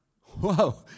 whoa